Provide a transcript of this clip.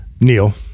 Neil